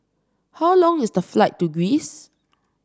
how long is the flight to Greece